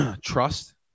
trust